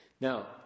Now